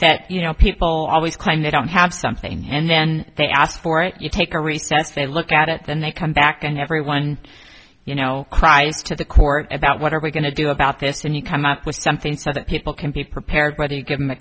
that you know people always claim they don't have something and then they ask for it you take a recess they look at it then they come back and everyone you know cries to the court about what are we going to do about this and you come up with something so that people can be prepared to give them a